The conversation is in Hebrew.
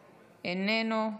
איננו,